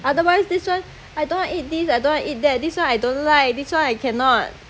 otherwise this way I don't eat this I don't want to eat that this one I don't like this one I cannot